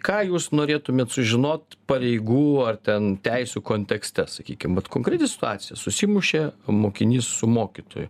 ką jūs norėtumėt sužinot pareigų ar ten teisių kontekste sakykim vat konkreti situacija susimušė mokinys su mokytoju